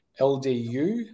LDU